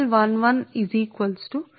L వాస్తవానికి ఇది 0